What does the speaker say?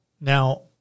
Now